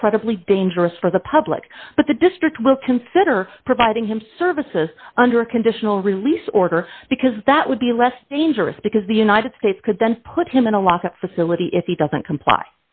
incredibly dangerous for the public but the district will consider providing him services under a conditional release order because that would be less dangerous because the united states could then put him in a lockup facility if he doesn't comply